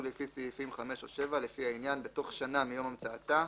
לפי סעיפים 5 או 7 לפי העניין בתוך שנה מיום המצאתה,